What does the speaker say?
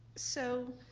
so.